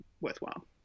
worthwhile